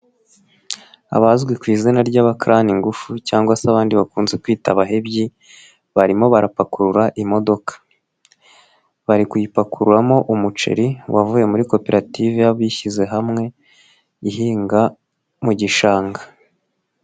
Abazwi ku izina ry'abakarani ngufu cyangwa se abandi bakunze kwita abahebyi, barimo barapakurura imodoka, bari kuyipakururamo umuceri, wavuye muri koperative y'abishyize hamwe, ihinga mu gishanga.